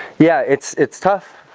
yeah, it's it's tough.